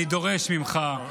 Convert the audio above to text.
אני דורש ממך,